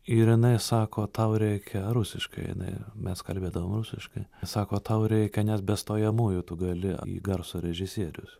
ir jinai sako tau reikia rusiškai jinai mes kalbėdavom rusiškai sako tau reikia nes be stojamųjų tu gali garso režisierius